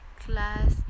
class